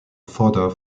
fodder